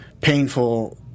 painful